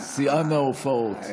שיאן ההופעות.